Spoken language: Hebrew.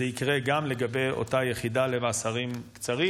זה יקרה גם לגבי אותה יחידה למאסרים קצרים.